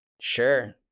Sure